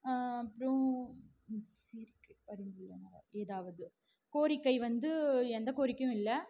அப்புறம் ஏதாவது கோரிக்கை வந்து எந்த கோரிக்கையும் இல்லை